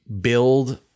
build